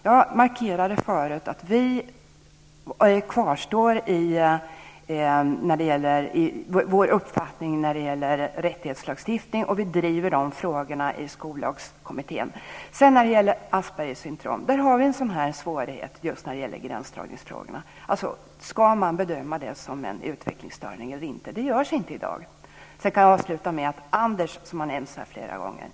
Jag markerade förut att vi kvarstår vid vår uppfattning när de gäller rättighetslagstiftning, och vi driver de frågorna i Skollagskommittén. Aspergers syndrom är just ett exempel på gränsdragningssvårigheter. Ska man bedöma det som en utvecklingsstörning eller inte? I dag bedöms det inte så. Anders har det talats flera gånger om.